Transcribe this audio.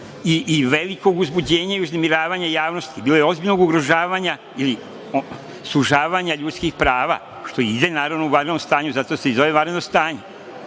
i velikog uzbuđenja i uznemiravanja javnosti, bilo je ozbiljnog ugrožavanja ili sužavanja ljudskih prava što ide naravno u vanrednom stanju zato se i zove vanredno stanje.